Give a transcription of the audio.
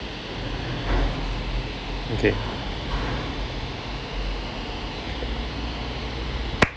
okay